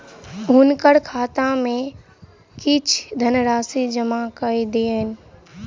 हुनकर खाता में किछ धनराशि जमा कय दियौन